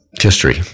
history